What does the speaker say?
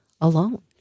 alone